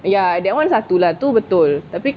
ya that [one] satu lah itu betul